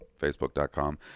Facebook.com